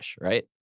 right